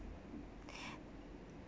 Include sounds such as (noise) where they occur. (breath)